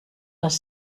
les